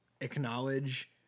acknowledge